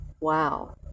Wow